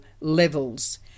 levels